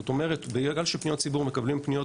זאת אומרת בגלל שפניות ציבור מקבלים פניות